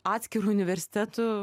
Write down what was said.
atskiru universitetu